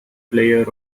player